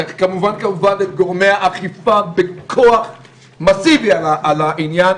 צריך כמובן את גורמי האכיפה בכוח מסיבי על העניין,